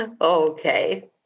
Okay